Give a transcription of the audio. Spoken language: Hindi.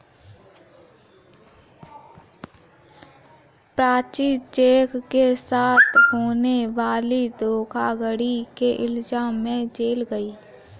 प्राची चेक के साथ होने वाली धोखाधड़ी के इल्जाम में जेल गई